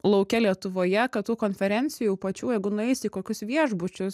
lauke lietuvoje kad tų konferencijų pačių jeigu nueisi į kokius viešbučius